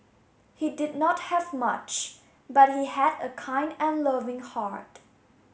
he did not have much but he had a kind and loving hard